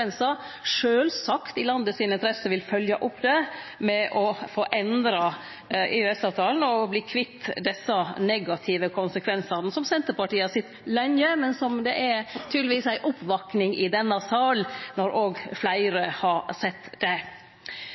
konsekvensar, sjølvsagt i landet si interesse vil følgje opp det med å få endra EØS-avtalen og verte kvitt desse negative konsekvensane, som Senterpartiet har sett lenge, men det er tydelegvis ei oppvakning i denne salen når òg fleire har sett det.